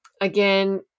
Again